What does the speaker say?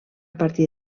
partir